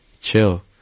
chill